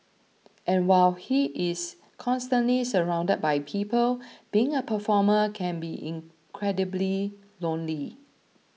and while he is constantly surrounded by people being a performer can be incredibly lonely